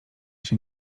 się